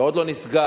זה עוד לא נסגר,